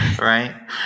Right